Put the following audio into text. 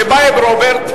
טיבייב רוברט,